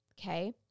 Okay